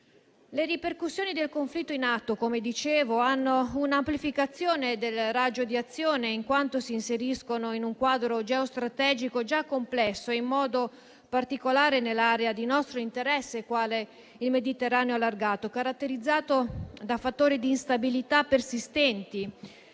Le ripercussioni del conflitto in atto, come dicevo, hanno un'amplificazione del raggio di azione, in quanto si inseriscono in un quadro geostrategico già complesso, in modo particolare nell'area di nostro interesse quale il Mediterraneo allargato, caratterizzato da fattori di instabilità persistenti,